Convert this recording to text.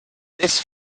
this